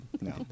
no